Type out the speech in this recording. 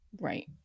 Right